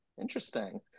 interesting